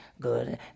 good